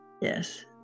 yes